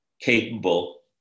capable